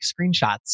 screenshots